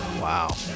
Wow